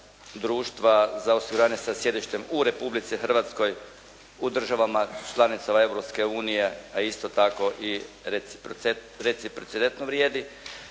društva za osiguranje sa sjedištem u Republici Hrvatskoj u državama članicama Europske unije, a isto tako i reciprocitetno vrijedi.